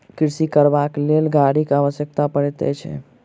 कृषि करबाक लेल गाड़ीक आवश्यकता पड़ैत छै